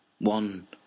one